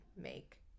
make